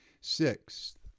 Sixth